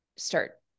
start